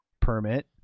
permit